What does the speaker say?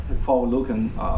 forward-looking